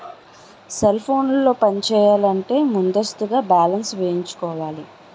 cell ఫోన్లు పనిచేయాలంటే ముందస్తుగా బ్యాలెన్స్ వేయించుకోవాలి